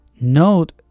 note